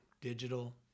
digital